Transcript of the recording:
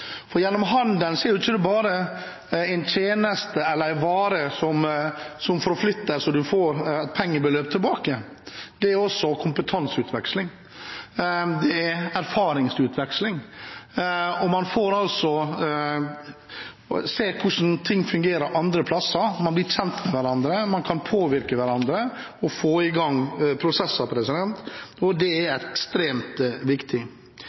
Gjennom handel er det ikke bare en tjeneste eller en vare som forflyttes så man får pengebeløp tilbake, det er også kompetanseutveksling. Det er erfaringsutveksling – man får se hvordan ting fungerer andre steder, man blir kjent med hverandre, man kan påvirke hverandre og få i gang prosesser. Det er ekstremt viktig. Vi vet også at Myanmar ønsker samarbeid på flere områder. Fremskrittspartiet mener det er viktig